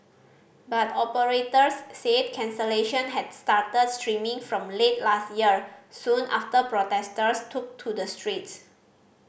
but operators said cancellation had started streaming from late last year soon after protesters took to the streets